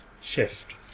shift